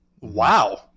Wow